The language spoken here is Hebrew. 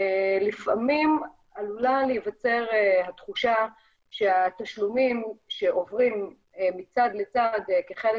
לפעמים עלולה להיווצר התחושה שהתשלומים שעוברים מצד לצד כחלק